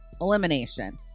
Elimination